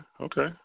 okay